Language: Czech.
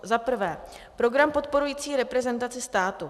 Za prvé, program podporující reprezentaci státu.